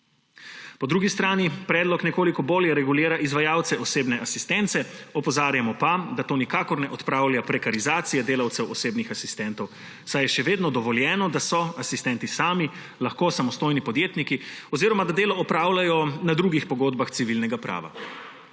Po drugi strani predlog nekoliko bolje regulira izvajalce osebne asistence, opozarjamo pa, da to nikakor ne odpravlja prekarizacije delavcev osebnih asistentov, saj je še vedno dovoljeno, da so asistenti sami lahko samostojni podjetniki oziroma da delo opravljajo na drugih pogodbah civilnega prava.